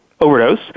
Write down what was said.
overdose